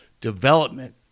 Development